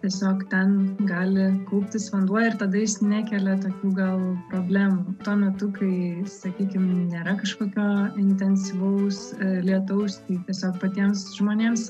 tiesiog ten gali kauptis vanduo ir tada jis nekelia to gal problemų tuo metu kai sakykim nėra kažkokio intensyvaus lietaus tai tiesiog patiems žmonėms